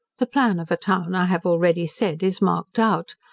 the plan of a town i have already said is marked out.